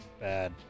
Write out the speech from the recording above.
bad